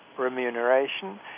remuneration